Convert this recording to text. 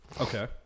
Okay